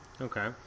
okay